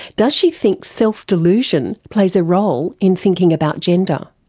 does she think self-delusion plays a role in thinking about gender?